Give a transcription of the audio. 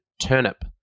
turnip